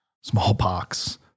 smallpox